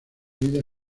vida